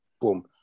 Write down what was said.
Boom